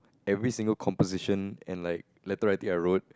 every single composition and like letter writing I wrote